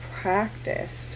practiced